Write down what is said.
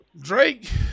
Drake